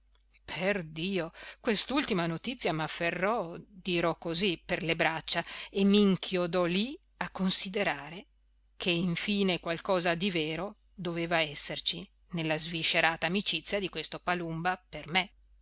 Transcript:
normale perdio quest'ultima notizia m'afferrò dirò così per le braccia e m'inchiodò lì a considerare che infine qualcosa di vero doveva esserci nella sviscerata amicizia di questo palumba per me